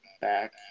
back